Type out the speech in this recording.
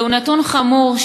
זהו נתון חמור,